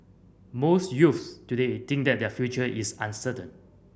most youths today think that their future is uncertain